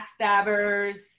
Backstabbers